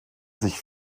sich